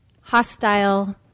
hostile